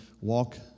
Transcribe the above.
walk